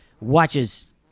watches